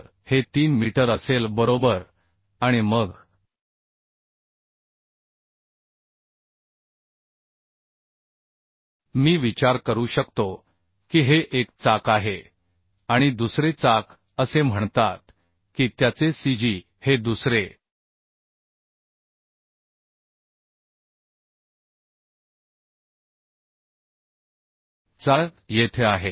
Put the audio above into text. तर हे 3 मीटर असेल बरोबर आणि मग मी विचार करू शकतो की हे एक चाक आहे आणि दुसरे चाक असे म्हणतात की त्याचे cg हे दुसरे चाक येथे आहे